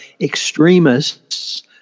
extremists